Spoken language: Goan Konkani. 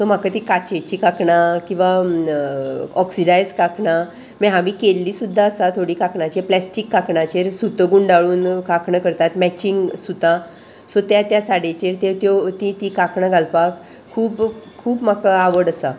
सो म्हाका ती काचेची कांकणां किंवां ऑक्सिडायज काकणां मागीर हांवें केल्लीं सुद्दां आसा थोडी कांकणाचेर प्लास्टीक कांकणाचेर सुतां गुंडाळून कांकणां करतात मॅचिंग सुतां सो त्या त्या साडयेचेर त्यो त्यो तीं तीं कांकणां घालपाक खूब खूब म्हाका आवड आसा